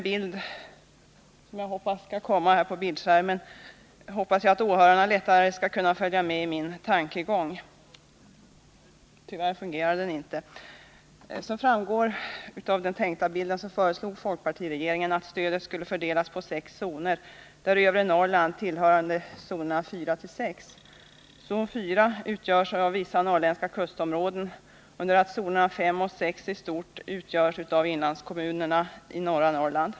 Folkpartiregeringen föreslog att stödet skulle fördelas på 6 zoner, där övre Norrland tillhör zonerna 4-6. Zon 4 utgörs av vissa norrländska kustområden, under det att zonerna 5 och 6 i stort utgörs av inlandskommunerna i norra Norrland.